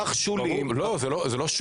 שוליים- -- זה לא נכון.